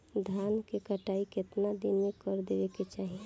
धान क कटाई केतना दिन में कर देवें कि चाही?